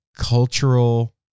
cultural